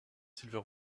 silver